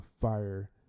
fire